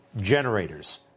Generators